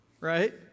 Right